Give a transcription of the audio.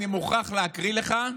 אני מוכרח להקריא לך.